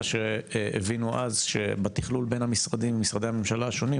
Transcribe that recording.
וכשהבינו אז שבתכלול בין משרדי הממשלה השונים,